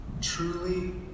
truly